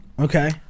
Okay